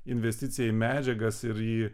investiciją į medžiagas ir į